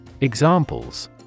Examples